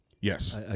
Yes